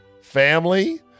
family